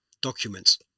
documents